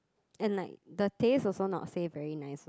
and like the taste also not say very nice also